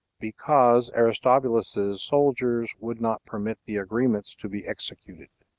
because aristobulus's soldiers would not permit the agreements to be executed.